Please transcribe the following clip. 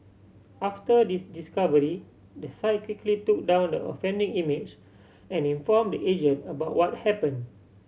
after discovery the site quickly took down the offending image and inform the agent about what happen